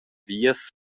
vias